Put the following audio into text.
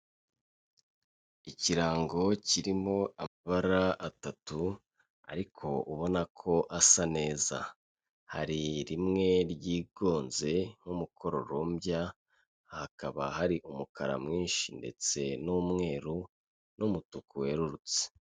Ikirango kirimo amabara atatu ariko ubona ko asa neza, hari rimwe ryigonze nk'umukororombya, hakaba hari umukara mwinshi ndetse n'umweru n'umutuku werurutse.